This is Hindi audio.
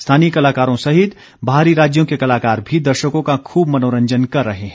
स्थानीय कलाकारों सहित बाहरी राज्यों के कलाकार भी दर्शकों का खूब मनोरंजन कर रहे हैं